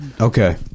okay